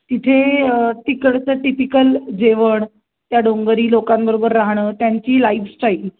तिथे तिकडचं टिपिकल जेवण त्या डोंगरी लोकांबरोबर राहणं त्यांची लाईफस्टाईल